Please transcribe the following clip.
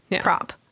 prop